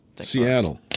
Seattle